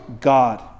God